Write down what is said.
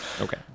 Okay